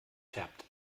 färbt